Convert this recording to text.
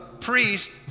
priest